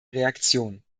reaktion